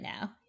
now